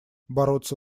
бороться